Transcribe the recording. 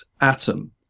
atom